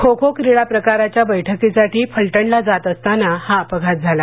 खो खो क्रीडाप्रकाराच्या बैठकीसाठी फलटणला जात असताना हा अपघात झाला